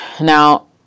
Now